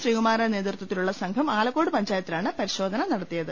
ശ്രീകുമാറിന്റെ നേതൃത്യത്തിലുള്ള സംഘം ആലക്കോട് പഞ്ചായത്തിലാണ് പരിശോധന നടത്തിയത്